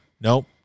Nope